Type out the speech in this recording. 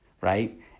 Right